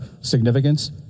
significance